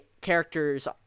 characters